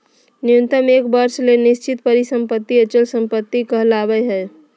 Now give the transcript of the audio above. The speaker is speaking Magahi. न्यूनतम एक वर्ष ले निश्चित परिसम्पत्ति अचल संपत्ति कहलावय हय